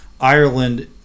Ireland